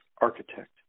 architect